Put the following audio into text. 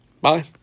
Bye